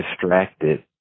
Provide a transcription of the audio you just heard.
distracted